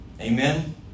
Amen